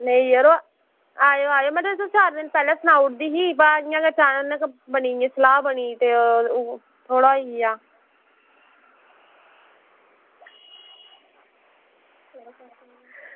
नेईं यरो आएओ आएओ में तुसेंगी चार दिन पैह्लें सनाई ओड़दी ही बाद च इ'यां गै अचानक सलाह् बनी ते थोह्ड़ा होई गेआ